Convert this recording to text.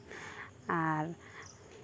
ᱟᱨ